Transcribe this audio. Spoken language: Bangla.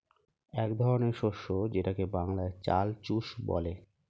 এক ধরনের শস্য যেটাকে বাংলায় চাল চুষ বলে